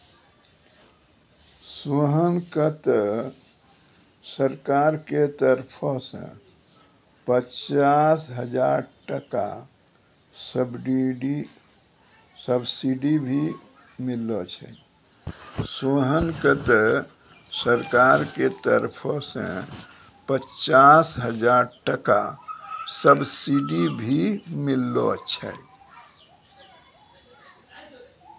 सोहन कॅ त सरकार के तरफो सॅ पचास हजार टका सब्सिडी भी मिललो छै